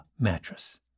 mattress